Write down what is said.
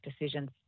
decisions